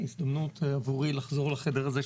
הזדמנות עבורי לחזור אל החדר הזה,